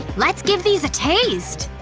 let's give these a taste!